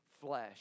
flesh